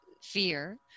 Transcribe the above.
fear